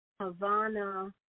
Havana